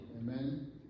amen